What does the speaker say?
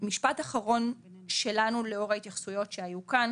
משפט אחרון שלנו לאור ההתייחסויות שהיו כאן